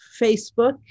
Facebook